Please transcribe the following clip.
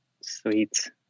sweet